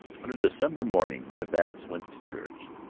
on a december morning when the babbitts went to church,